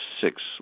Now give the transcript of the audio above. six